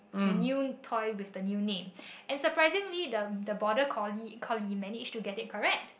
the new toy with the new name and surprisingly the the border collie collie managed to get it correct